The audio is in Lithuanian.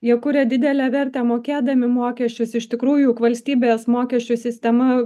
jie kuria didelę vertę mokėdami mokesčius iš tikrųjų juk valstybės mokesčių sistema